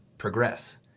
progress